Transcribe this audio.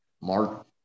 mark